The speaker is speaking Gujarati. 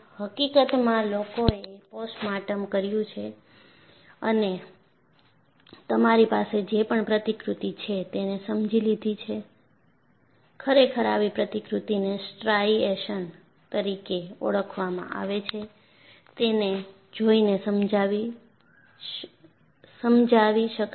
હકીકતમાં લોકોએ પોસ્ટમોર્ટમ કર્યું છે અને તમારી પાસે જે પણ પ્રતિકૃતિ છે તેને સમજી લીધી છે ખરેખર આવી પ્રતિકૃતિને સ્ટ્રાઇએશન તરીકે ઓળખવામાં આવે છે તેને જોઈને સમજાવી શકાય છે